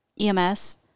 EMS